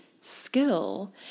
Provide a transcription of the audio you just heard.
skill